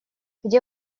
где